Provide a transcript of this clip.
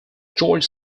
george